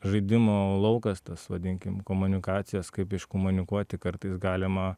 žaidimo laukas tas vadinkim komunikacijas kaip iškomunikuoti kartais galima